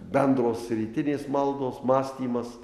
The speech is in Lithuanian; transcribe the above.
bendros rytinės maldos mąstymas